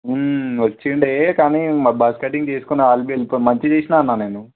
వచ్చిండే కానీ మా బస్ కటింగ్ చేసుకుండే వాళ్ళు బీ మంచిగ చేసిన అన్న నేను